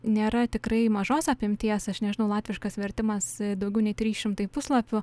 nėra tikrai mažos apimties aš nežinau latviškas vertimas daugiau nei trys šimtai puslapių